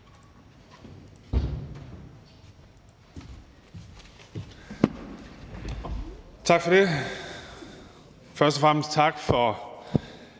Tak for det. Først og fremmest tak for